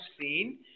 seen